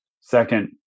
Second